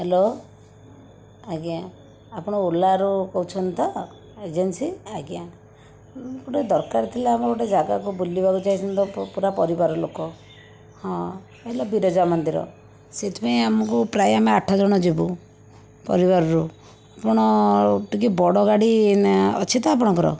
hello ଆଜ୍ଞା ଆପଣ ଓଲାରୁ କହୁଛନ୍ତି ତ ଏଜେନ୍ସି ଆଜ୍ଞା ଗୋଟିଏ ଦରକାର ଥିଲା ଆମର ଗୋଟିଏ ଜାଗାକୁ ବୁଲିବାକୁ ଯାଇଥାନ୍ତୁ ପୂରା ପରିବାର ଲୋକ ହଁ ହେଲେ ବିରଜା ମନ୍ଦିର ସେଥିପାଇଁ ଆମକୁ ପ୍ରାୟ ଆମେ ଆଠ ଜଣ ଯିବୁ ପରିବାରରୁ ଆପଣ ଟିକିଏ ବଡ଼ ଗାଡ଼ି ଅଛି ତ ଆପଣଙ୍କର